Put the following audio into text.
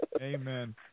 Amen